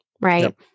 right